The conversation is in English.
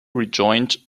rejoined